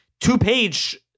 two-page